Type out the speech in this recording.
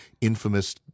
infamous